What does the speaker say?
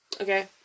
Okay